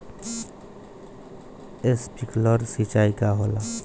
Sprinkler सिंचाई का होला?